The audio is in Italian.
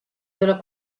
della